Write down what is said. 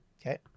Okay